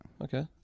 Okay